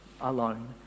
alone